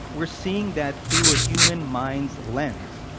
we're seeing that through a human mind's lens.